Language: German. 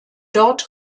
dort